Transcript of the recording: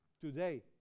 today